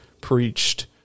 preached